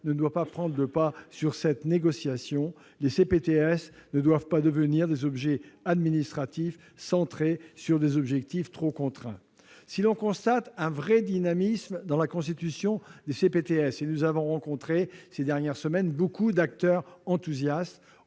ne doit pas prendre le pas sur cette négociation. Celles-ci ne doivent pas devenir des objets administratifs centrés sur des objectifs trop contraints. Si l'on constate un véritable dynamisme dans la constitution des CPTS- nous avons rencontré, au cours de ces dernières semaines, beaucoup d'acteurs enthousiastes